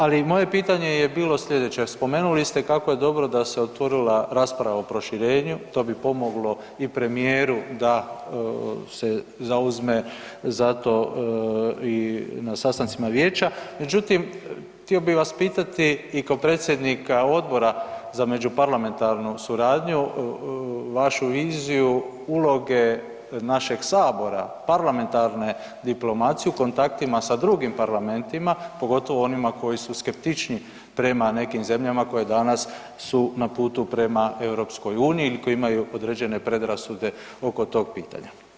Ali moje pitanje je bilo slijedeće, spomenuli ste kako je dobro da se otvorila rasprava o proširenju to bi pomoglo i premijeru da se zauzme za to i na sastancima vijeća, međutim htio bih vas pitati i ko predsjednika Odbora za međuparlamentarnu suradnju vašu viziju uloge našeg sabora, parlamentarne diplomacije u kontaktima sa drugim parlamentima, pogotovo onima koji su skeptičniji prema nekim zemljama koje danas su na putu prema EU ili koje imaju određene predrasude oko tog pitanja.